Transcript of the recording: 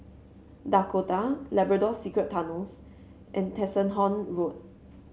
Dakota Labrador Secret Tunnels and Tessensohn Road